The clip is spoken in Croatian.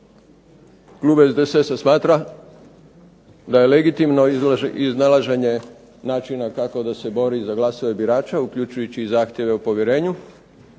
klub SDSS-a smatra da je legitimno iznalaženje načina kako da se bori za glasove birača, uključujući i zahtjeve o povjerenju